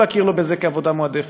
לא להכיר לו בזה כעבודה מועדפת,